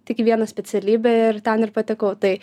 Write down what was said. tik į vieną specialybę ir ten ir patekau tai